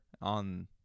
on